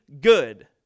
good